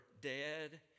dead